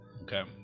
Okay